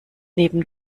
neben